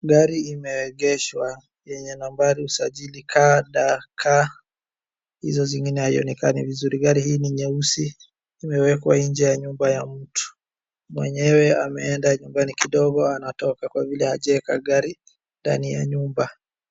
Gari imeegeshwa yenye nambari usajili KDK hizo zingine haionekani vizuri. Gari hii ni nyeusi, imewekwa nje ya nyumba ya mtu. Mwenyewe ameenda nyumbani kidogo anatoka kwa vile hajaeka gari ndani ya nyumba.